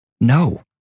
No